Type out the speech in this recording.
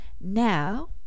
now